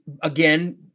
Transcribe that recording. again